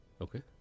okay